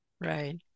Right